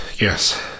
Yes